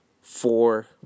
four